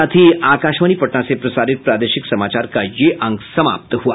इसके साथ ही आकाशवाणी पटना से प्रसारित प्रादेशिक समाचार का ये अंक समाप्त हुआ